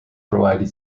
provided